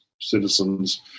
citizens